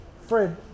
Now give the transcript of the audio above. Fred